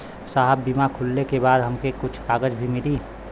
साहब बीमा खुलले के बाद हमके कुछ कागज भी मिली?